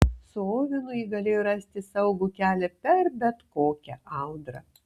su ovenu ji galėjo rasti saugų kelią per bet kokią audrą